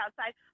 outside